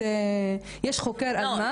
יש חוקר אלמ"ב --- לא,